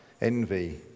envy